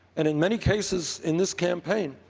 and in many cases in this campaign,